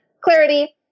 clarity